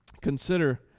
consider